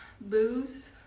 booze